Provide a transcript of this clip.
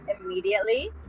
immediately